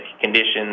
conditions